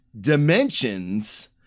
dimensions –